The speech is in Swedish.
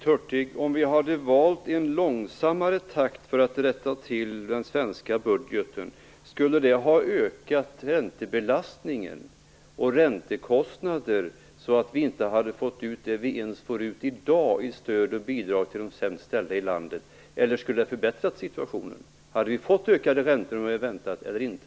Herr talman! Om vi hade valt en långsammare takt när det gällde att komma till rätta med den svenska budgeten, hade det ökat räntebelastningen och räntekostnaderna så att vi inte ens hade kunnat betala ut de stöd och bidrag som i dag betalas ut till de sämst ställda i landet? Eller skulle det ha förbättrat situationen? Hade vi fått högre räntor om vi hade väntat eller inte?